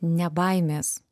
ne baimės